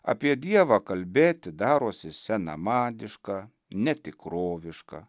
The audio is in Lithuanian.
apie dievą kalbėti darosi senamadiška netikroviška